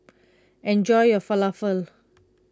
enjoy your Falafel